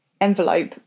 envelope